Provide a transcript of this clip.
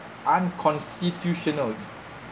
unconstitutional